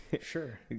sure